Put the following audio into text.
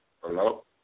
Hello